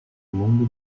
longo